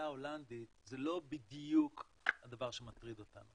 ההולנדית זה לא בדיוק הדבר שמטריד אותנו